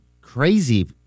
crazy